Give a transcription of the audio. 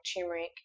turmeric